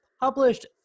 published